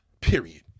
Period